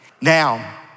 Now